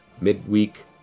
midweek